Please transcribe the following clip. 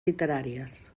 literàries